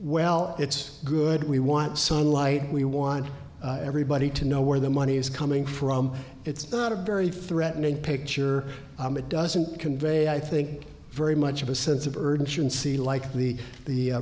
well it's good we want sunlight we want everybody to know where the money is coming from it's not a very threatening picture it doesn't convey i think very much of a sense of urgency like the